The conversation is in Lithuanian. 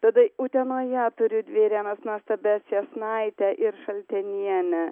tada utenoje turiu dvi irenas nuostabias jasnaitę ir šaltenienę